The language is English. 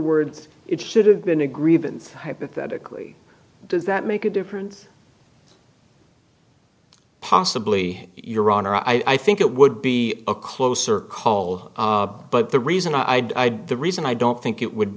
words it should have been a grievance hypothetically does that make a difference possibly your honor i think it would be a closer call but the reason i the reason i don't think it would